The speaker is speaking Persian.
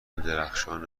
درخشان